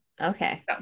okay